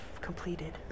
completed